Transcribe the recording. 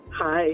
Hi